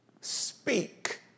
Speak